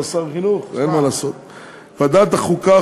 בוועדת החוקה,